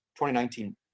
2019